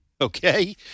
Okay